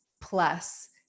plus